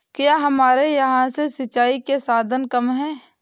क्या हमारे यहाँ से सिंचाई के साधन कम है?